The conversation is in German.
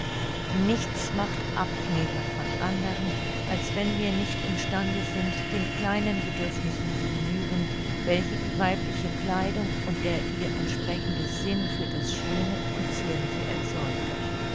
nichts macht abhängiger von andern als wenn wir nicht im stande sind den kleinen bedürfnissen zu genügen welche die weibliche kleidung und der ihr entsprechende sinn für das schöne und zierliche erzeugt